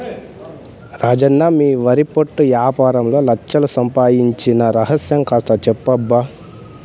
రాజన్న మీ వరి పొట్టు యాపారంలో లచ్ఛలు సంపాయించిన రహస్యం కాస్త చెప్పబ్బా